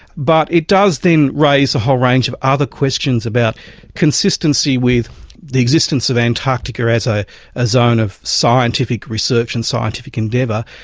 but it does then raise a whole range of other questions about the consistency with the existence of antarctica as ah a zone of scientific research and scientific endeavour.